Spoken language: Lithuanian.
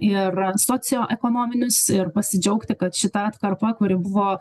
ir socioekonominius ir pasidžiaugti kad šita atkarpa kuri buvo